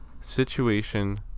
situation